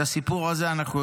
את הסיפור הזה אנחנו יודעים.